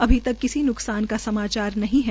अभी तक किसी न्कसान का समाचार नहीं है